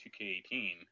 2K18